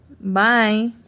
Bye